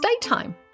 daytime